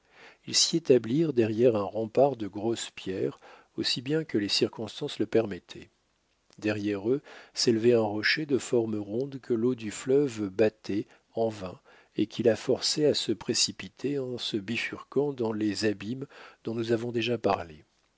ils s'y établirent derrière un rempart de grosses pierres aussi bien que les circonstances le permettaient derrière eux s'élevait un rocher de forme ronde que l'eau du fleuve battait en vain et qui la forçait à se précipiter en se bifurquant dans les abîmes dont nous avons déjà parlé